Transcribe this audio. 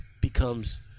becomes